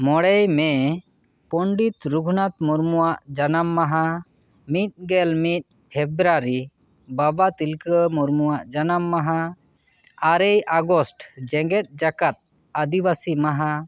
ᱢᱚᱬᱮᱭ ᱢᱮᱹ ᱯᱚᱱᱰᱤᱛ ᱨᱩᱜᱷᱩᱱᱟᱛᱷᱟ ᱢᱩᱨᱢᱩᱣᱟᱜ ᱡᱟᱱᱟᱢ ᱢᱟᱦᱟ ᱢᱤᱫᱜᱮᱞ ᱢᱤᱫ ᱯᱷᱮᱵᱨᱟᱨᱤ ᱵᱟᱵᱟ ᱛᱤᱞᱠᱟᱹ ᱢᱩᱨᱢᱩᱣᱟᱜ ᱡᱟᱱᱟᱢ ᱢᱟᱦᱟ ᱟᱨᱮᱭ ᱟᱜᱚᱥᱴ ᱡᱮᱜᱮᱫ ᱡᱟᱠᱟᱛ ᱟᱹᱫᱤᱵᱟᱹᱥᱤ ᱢᱟᱦᱟ